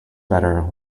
better